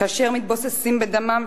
כאשר הם מתבוססים בדמם,